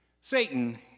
Satan